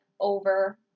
over